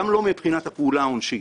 גם לא מבחינת הפעולה העונשית.